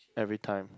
everytime